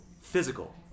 Physical